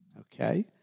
Okay